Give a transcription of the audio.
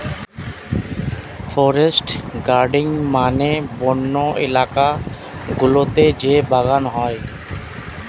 forest gardening মানে বন্য এলাকা গুলোতে যেই বাগান হয়